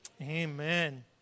Amen